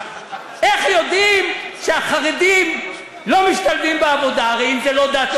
איך יודעים שהחרדים לא משתלבים בעבודה אם זה לא דת,